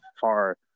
far